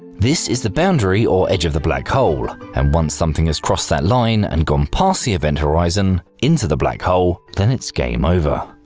this is the boundary or edge of the black hole, and once something has crossed that line and gone past the event horizon, into the black hole, then it's game over.